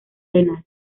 renal